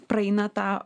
praeina tą